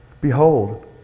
Behold